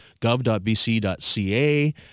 gov.bc.ca